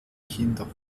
kinder